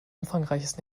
umfangreiches